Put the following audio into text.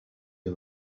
her